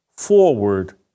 forward